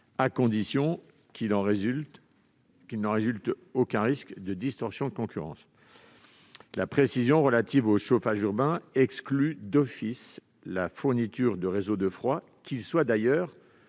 à condition qu'il n'en résulte aucun risque de distorsion de concurrence. La précision relative au chauffage urbain exclut d'office la fourniture des réseaux de froid, qu'ils soient